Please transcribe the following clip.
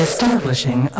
Establishing